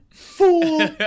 fool